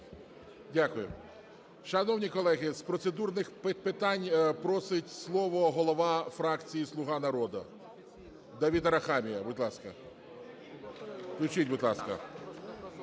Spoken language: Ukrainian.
Дякую. Шановні колеги, з процедурних питань просить слово голова фракції "Слуга народу" Давид Арахамія, будь ласка. Включіть, будь ласка.